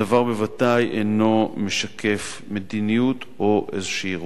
הדבר בוודאי אינו משקף מדיניות או איזו רוח.